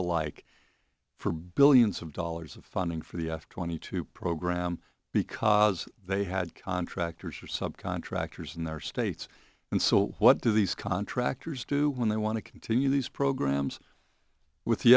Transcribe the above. alike for billions of dollars of funding for the f twenty two program because they had contractors or sub contractors in their states and so what do these contractors do when they want to continue these programs with